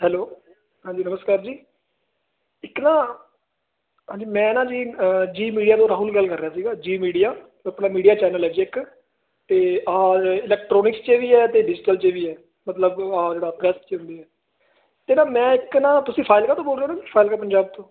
hello ਹਾਂਜੀ ਨਮਸਕਾਰ ਜੀ ਇੱਕ ਨਾ ਹਾਂਜੀ ਮੈਂ ਨਾ ਜੀ ਜੀ ਮੀਡੀਆ ਤੋਂ ਰਾਹੁਲ ਗੱਲ ਕਰ ਰਿਹਾ ਸੀਗਾ ਜੀ ਮੀਡੀਆ ਆਪਣਾ ਮੀਡੀਆ ਚੈਨਲ ਹੈ ਜੀ ਇੱਕ ਅਤੇ ਇਲੈਕਟਰੋਨਿਕ 'ਚ ਵੀ ਹੈ ਅਤੇ ਡਿਜਿਟਲ 'ਚ ਵੀ ਹੈ ਮਤਲਬ ਆਹ ਜਿਹੜਾ ਪ੍ਰੈੱਸ 'ਚ ਹੁੰਦੀ ਹੈ ਅਤੇ ਨਾ ਮੈਂ ਇੱਕ ਨਾ ਤੁਸੀਂ ਫਾਜ਼ਿਲਕਾ ਤੋਂ ਬੋਲ ਰਹੇ ਹੋ ਨਾ ਫਾਜ਼ਿਲਕਾ ਪੰਜਾਬ ਤੋਂ